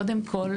קודם כל,